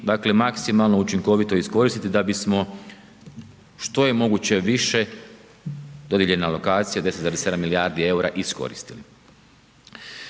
maksimalno učinkovito iskoristiti da bismo što je moguće više dodijeljena alokacija 10,7 milijardi eura, iskoristili.